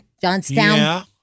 Johnstown